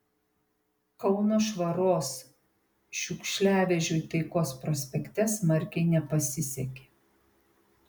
kauno švaros šiukšliavežiui taikos prospekte smarkiai nepasisekė